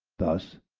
thus,